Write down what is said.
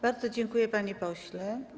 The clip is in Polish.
Bardzo dziękuję, panie pośle.